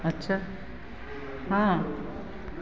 अच्छा हँ